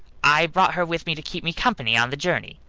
i brought her with me to keep me company on the journey